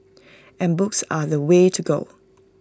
and books are the way to go